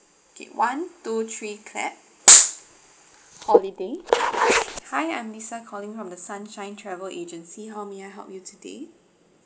one two three clap holiday hi I'm lisa calling from the sunshine travel agency how may I help you today